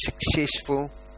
successful